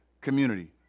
community